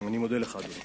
אני מודה לך, אדוני.